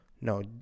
No